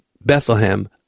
Bethlehem